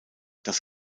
das